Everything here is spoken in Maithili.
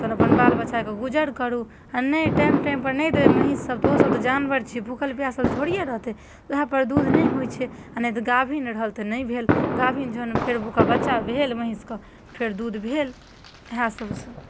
तहन अपन बालबच्चाके गुजर करू आ नहि टाइम टाइम पर नैहि देबै महीस सब तऽ ओहो सब तऽ जानवर छै भूखल प्यासल थोरिये रहतै ओएह पर दूध नहि होइ छै आ नहि तऽ गाभिन रहल तऽ नै भेल गाभिन जहन फेर ओकरा बच्चा भेल महीस कऽ फेर दूध भेल एहए सबसँ